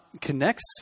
connects